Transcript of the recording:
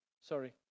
sorry